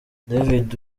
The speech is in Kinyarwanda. david